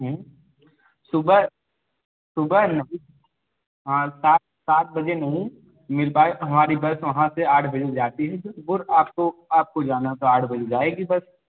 सुबह सुबह हाँ सात सात बजे नहीं मिल पाए हमारी बस वहाँ से आठ बजे जाती है और आपको आपको जाना है तो आठ बजे जाएगी बस